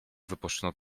wypuszczono